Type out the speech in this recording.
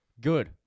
Good